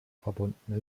verbunden